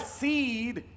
seed